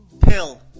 Pill